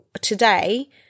today